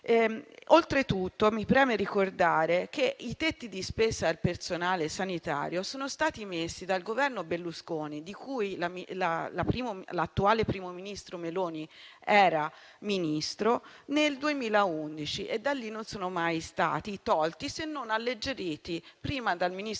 Oltretutto, ci tengo a ricordare che i tetti di spesa per il personale sanitario sono stati messi dal Governo Berlusconi, di cui l'attuale *premier* Meloni era Ministro nel 2011, e da allora non sono mai stati tolti, se non alleggeriti, prima dal ministro Madia